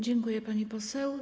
Dziękuję, pani poseł.